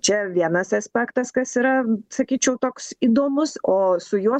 čia vienas aspektas kas yra sakyčiau toks įdomus o su juo